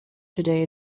today